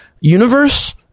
universe